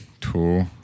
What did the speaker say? Two